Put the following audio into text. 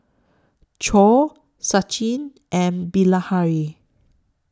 Choor Sachin and Bilahari